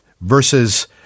versus –